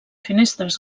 finestres